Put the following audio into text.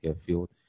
field